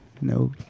no